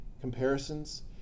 comparisons